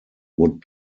would